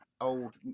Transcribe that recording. old